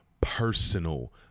personal